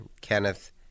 Kenneth